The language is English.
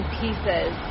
pieces